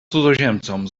cudzoziemcom